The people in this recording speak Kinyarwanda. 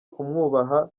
kumwubaha